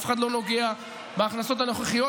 אף אחד לא נוגע בהכנסות הנוכחיות,